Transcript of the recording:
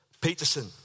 Peterson